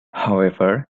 however